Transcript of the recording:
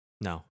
No